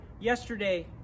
yesterday